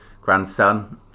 grandson